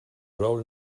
role